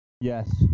Yes